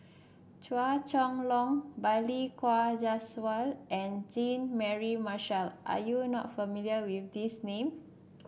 Chua Chong Long Balli Kaur Jaswal and Jean Mary Marshall are you not familiar with these name